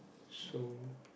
so